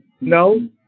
No